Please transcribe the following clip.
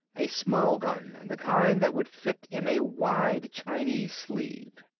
a small gun, the kind that would fit in a wide chinese sleeve.